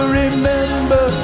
remember